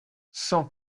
cent